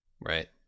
Right